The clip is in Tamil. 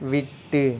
விட்டு